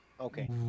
okay